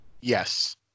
Yes